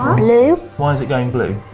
blue. why is it going blue?